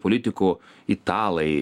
politikų italai